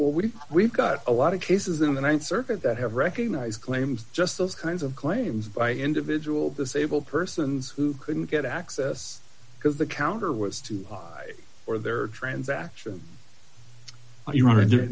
course we've got a lot of cases in the th circuit that have recognized claims just those kinds of claims by individual disabled persons who couldn't get access because the counter was too high or their transaction what you wanted to do